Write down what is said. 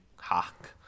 Hack